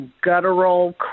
guttural